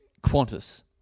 Qantas